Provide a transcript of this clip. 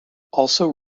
also